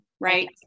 right